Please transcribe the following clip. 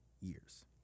years